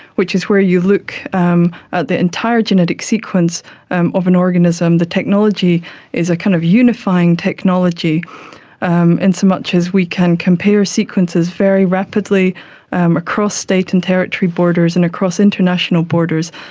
which is where you look um at the entire genetic sequence and of an organism, the technology is a kind of unifying technology um in so much as we can compare sequences very rapidly across state and territory borders and across international borders.